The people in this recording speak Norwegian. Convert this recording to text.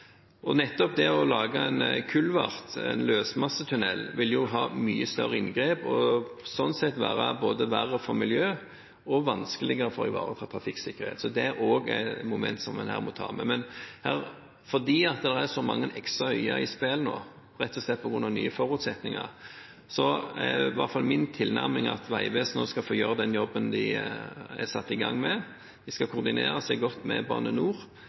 og sånn sett være verre for miljøet og vanskeligere for å ivareta trafikksikkerhet. Det er også momenter som en må ta med her. Fordi det er så mange x-er og y-er i spill nå, rett og slett på grunn av nye forutsetninger, er i hvert fall min tilnærming at Vegvesenet nå skal få gjøre den jobben de har satt i gang med. De skal koordinere seg godt med Bane NOR.